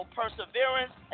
perseverance